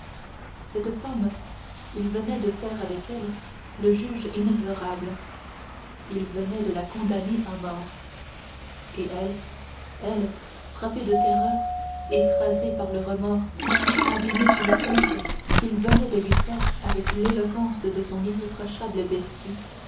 cette femme il venait de faire avec elle le juge inexorable il venait de la condamner à mort et elle elle frappée de terreur écrasée par le remords abîmée sous la honte qu'il venait de lui faire avec l'éloquence de son irréprochable vertu